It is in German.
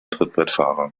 trittbrettfahrer